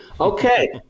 Okay